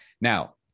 now